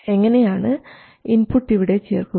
എങ്ങനെയാണ് ഇൻപുട്ട് ഇവിടെ ചേർക്കുക